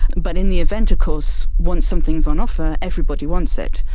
but in the event of course once something is on offer, everybody wants it.